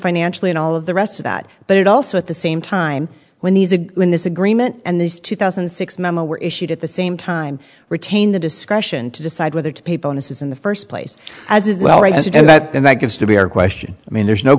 financially and all of the rest of that but it also at the same time when these ago when this agreement and these two thousand and six memo were issued at the same time retain the discretion to decide whether to people in this is in the first place as it's well received and that then that gets to be our question i mean there's no